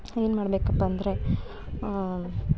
ಏನು ಮಾಡ್ಬೇಕಪ್ಪ ಅಂದರೆ ಆಂ